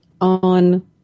on